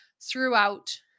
throughout